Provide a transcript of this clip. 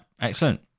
excellent